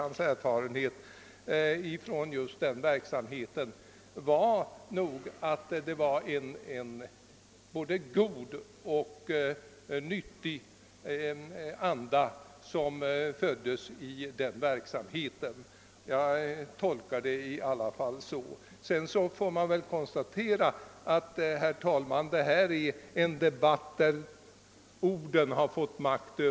Jag skulle tro att också han gjorde den erfarenheten att denna sport skapar en god och nyttig anda. Jag tolkar honom i varje fall så. Man får väl vidare konstatera att orden fått makt över tanken i denna debatt.